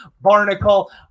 Barnacle